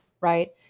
right